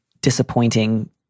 disappointing